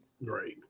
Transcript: Right